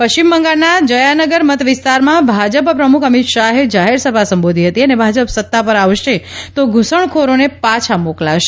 પશ્ચિમ બંગાળના જયાનગર મતવિસ્તારમાં ભાજપ પ્રમુખ અમીત શાહે જાહેર સભા સંબોધી હતી અને ભાજપ સત્તા પર આવશે તો ઘુસજ઼ખોરોને પાછા મોકલાશે